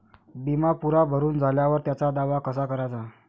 बिमा पुरा भरून झाल्यावर त्याचा दावा कसा कराचा?